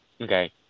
okay